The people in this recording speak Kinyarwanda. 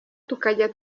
tukajya